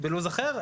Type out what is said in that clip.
בלוז אחר,